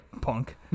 punk